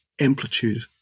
amplitude